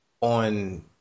on